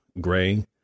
gray